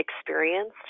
experienced